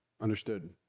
understood